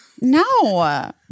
No